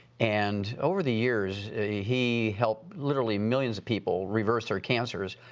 and over the years he helped literally millions of people reverse their cancers,